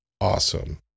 awesome